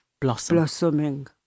blossoming